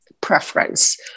preference